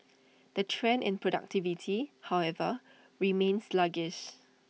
the trend in productivity however remains sluggish